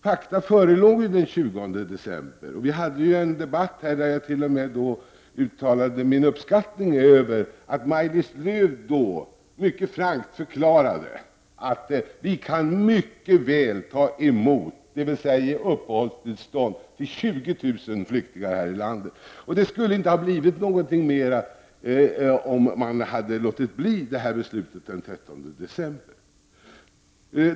Fakta förelåg ju den 20 november. Vi hade en debatt där jag t.o.m. uttalade min uppskattning över att Maj-Lis Lööw då frankt förklarade att vi mycket väl kan ta emot, dvs. ge uppehållstillstånd till, 20 000 flyktingar här i landet. Det skulle inte ha blivit fler även om man hade avstått från beslutet den 13 december.